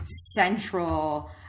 central